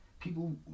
people